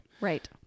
right